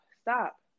stop